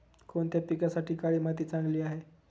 कोणत्या पिकासाठी काळी माती चांगली आहे?